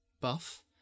buff